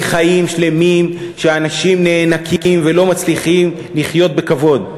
חיים שלמים שאנשים נאנקים בהם ולא מצליחים לחיות בכבוד.